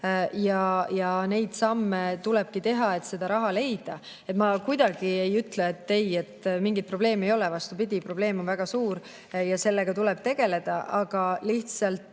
ja neid samme tulebki teha, et seda raha leida. Ma kuidagi ei ütle, et ei, mingit probleemi ei ole. Vastupidi, probleem on väga suur ja sellega tuleb tegeleda. Aga lihtsalt